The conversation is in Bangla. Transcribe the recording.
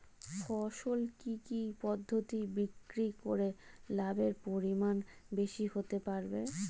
ফসল কি কি পদ্ধতি বিক্রি করে লাভের পরিমাণ বেশি হতে পারবে?